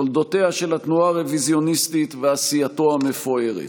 תולדותיה של התנועה הרוויזיוניסטית ועשייתו המפוארת,